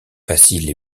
facile